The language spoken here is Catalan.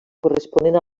corresponent